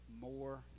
more